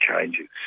changes